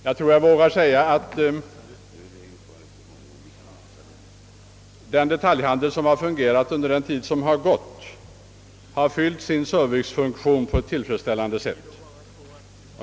Jag tror jag vågar påstå att den detaljhandel vilken har fungerat under den tid som gått har fyllt sin servicefunktion på ett tillfredsställande sätt.